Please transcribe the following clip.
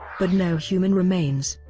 but no human remains.